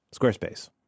Squarespace